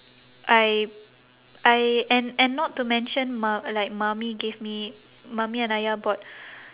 I I and and not to mention mu~ like mummy gave me mummy and ayah bought